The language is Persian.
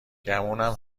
گمونم